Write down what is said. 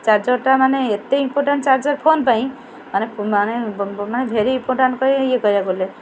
ଚାର୍ଜରଟା ମାନେ ଏତେ ଇମ୍ପୋଟାଣ୍ଟ ଚାର୍ଜର ଫୋନ୍ ପାଇଁ ମାନେ ମାନେ ମାନେ ଭେରି ଇମ୍ପୋଟାଣ୍ଟ କହେ ଇଏ କରିବାକୁ ଗଲେ